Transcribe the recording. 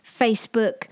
Facebook